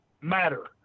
matter